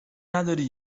نداری